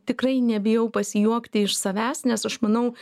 tikrai nebijau pasijuokti iš savęs nes aš manau